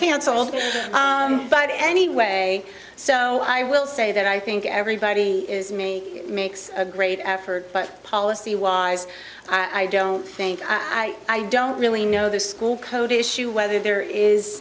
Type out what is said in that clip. cancelled but anyway so i will say that i think everybody is me makes a great effort but policy wise i don't think i don't really know the school code issue whether there is